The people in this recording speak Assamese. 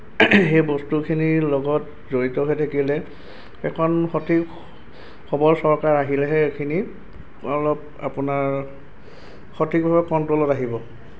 সেই বস্তুখিনিৰ লগত জড়িত হৈ থাকিলে এখন সঠিক সবল চৰকাৰ আহিলেহে এইখিনি অলপ আপোনাৰ সঠিকভাৱে কণট্ৰলত আহিব